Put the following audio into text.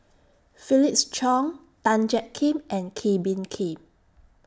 Felix Cheong Tan Jiak Kim and Kee Bee Khim